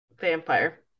vampire